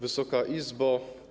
Wysoka Izbo!